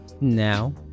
Now